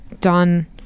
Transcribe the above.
done